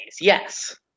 yes